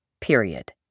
period